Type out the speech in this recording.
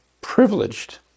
privileged